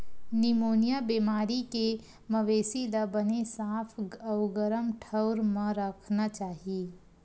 pneumonia बेमारी के मवेशी ल बने साफ अउ गरम ठउर म राखना चाही